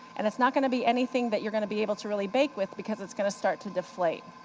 and it's not going to be anything that you're going to be able to really bake with, because it's going to start to deflate.